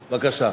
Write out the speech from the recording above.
בבקשה.